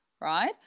right